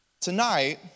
Tonight